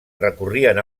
recorrien